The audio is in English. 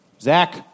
Zach